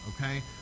okay